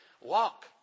walk